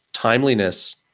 Timeliness